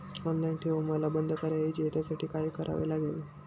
Online ठेव मला बंद करायची आहे, त्यासाठी काय करावे लागेल?